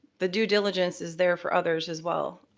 the due diligence is there for others as well,